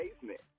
basement